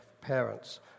parents